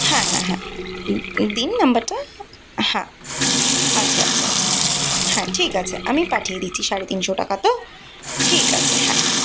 হ্যাঁ হ্যাঁ হ্যাঁ দিন নম্বরটা হ্যাঁ আচ্ছা আচ্ছা আচ্ছা হ্যাঁ ঠিক আছে আমি পাঠিয়ে দিচ্ছি সাড়ে তিনশো টাকা তো ঠিক আছে হ্যাঁ হ্যাঁ